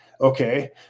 okay